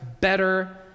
better